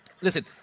listen